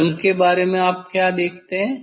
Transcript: रंग के बारे में क्या आप देखेंगे